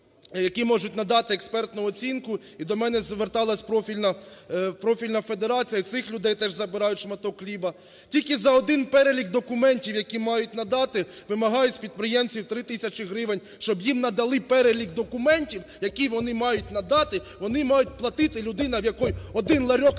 які можуть надати експертну оцінку. І до мене зверталася профільна федерація, в цих людей теж забирають шматок хліба, тільки за один перелік документів, які мають надати, вимагають з підприємців 3 тисячі гривень. Щоб їм надали перелік документів, які вони мають надати, вони мають платити, людина, в якої один ларьок на базарі,